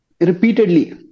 repeatedly